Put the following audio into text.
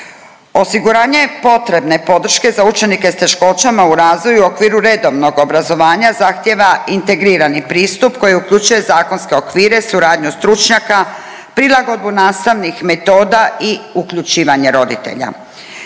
Osiguranje potrebne podrške s učenike s teškoćama u razvoju u okviru redovnog obrazovanja zahtijeva integrirani pristup koji uključuje zakonske okvire, suradnju stručnjaka, prilagodbu nastavnih metoda i uključivanje roditelja.